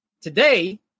today